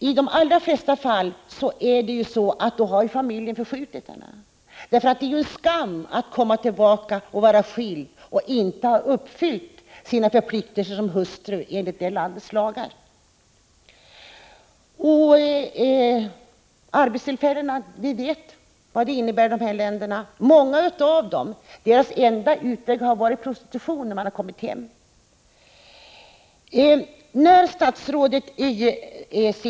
I de allra flesta fall har familjen förskjutit kvinnan, eftersom det är en skam att komma tillbaka och vara skild och inte ha uppfyllt sina förpliktelser som hustru enligt landets lagar. Vi vet också hur det är med arbetstillfällen i dessa länder. Många kvinnors enda utväg när de har kommit hem har varit prostitution. Jag tycker att det är en utomordentlig skrivning när statsrådet på s.